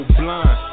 blind